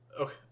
Okay